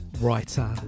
writer